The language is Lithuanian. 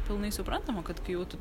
pilnai suprantama kad kai jau tu